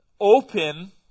open